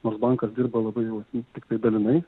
nors bankas dirba labai jau tiktai dalinai